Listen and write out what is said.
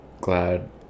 glad